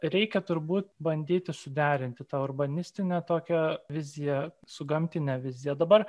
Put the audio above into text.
reikia turbūt bandyti suderinti tą urbanistinę tokią viziją su gamtine vizija dabar